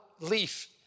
leaf